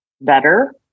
better